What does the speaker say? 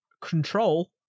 Control